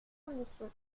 conditions